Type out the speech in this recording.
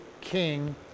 king